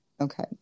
Okay